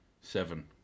Seven